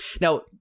Now